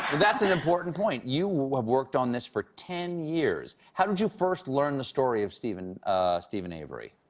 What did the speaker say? that's an important point. you have worked on this for ten years. how did you first learn the story of steven steven avery?